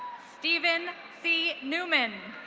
stephen c newman.